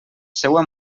seua